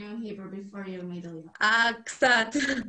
קצת.